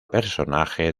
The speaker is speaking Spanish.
personaje